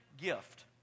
gift